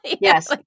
Yes